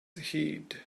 heed